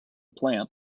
plant